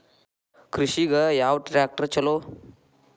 ಕೃಷಿಗ ಯಾವ ಟ್ರ್ಯಾಕ್ಟರ್ ಛಲೋ?